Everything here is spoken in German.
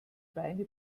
beine